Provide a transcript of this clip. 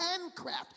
handcraft